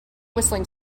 whistling